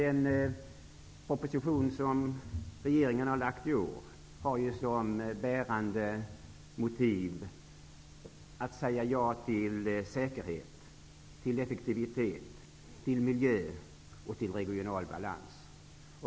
Den proposition som regeringen i år har lagt fram har som bärande motiv att säga ja till säkerhet, effektivitet, miljö och regional balans.